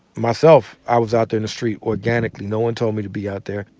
myself, i was out there in the street organically. no one told me to be out there.